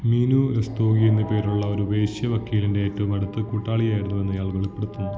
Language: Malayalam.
മീനു രസ്തോഗി എന്നുപേരുള്ള ഒരു വേശ്യ വക്കീലിൻ്റെ ഏറ്റവും അടുത്ത കൂട്ടാളിയായിരുന്നുവെന്ന് ഇയാൾ വെളിപ്പെടുത്തുന്നു